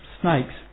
snakes